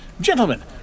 gentlemen